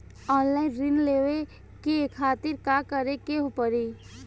Online ऋण लेवे के खातिर का करे के पड़ी?